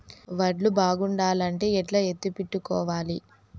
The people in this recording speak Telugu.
వడ్లు బాగుండాలంటే ఎట్లా ఎత్తిపెట్టుకోవాలి?